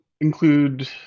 include